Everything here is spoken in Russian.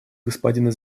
господина